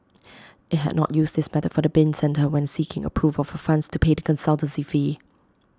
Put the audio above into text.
IT had not used this method for the bin centre when seeking approval for funds to pay the consultancy fee